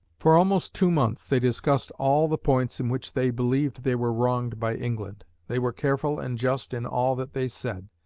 for almost two months, they discussed all the points in which they believed they were wronged by england. they were careful and just in all that they said.